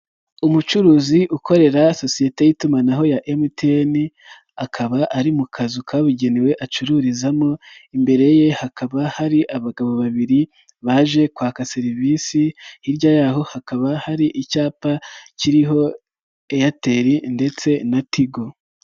Umucuruzi ukorera sosiyete y'itumanaho ya MTN akaba ari mu kazu kabugenewe acururizamo, imbere ye hakaba hari abagabo babiri baje kwaka serivisi hirya yaho hakaba hari icyapa kiriho Airtel ndetse na Tigo.